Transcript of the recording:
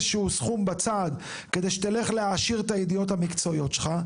שהוא סכום בצד כדי שתלך להעשיר את הידיעות המקצועיות שלך.